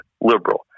liberal